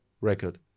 record